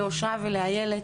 לאושרה ולאיילת,